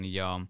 ja